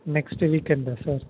next வீக்கெண்டா sir